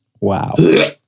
Wow